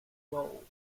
gold